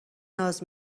ناز